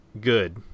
good